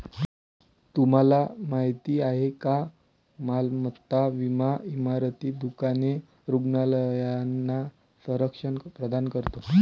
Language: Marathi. तुम्हाला माहिती आहे का मालमत्ता विमा इमारती, दुकाने, रुग्णालयांना संरक्षण प्रदान करतो